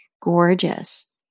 Gorgeous